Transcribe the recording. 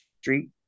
street